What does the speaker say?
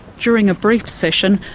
during a brief session,